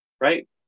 Right